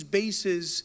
bases